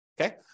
okay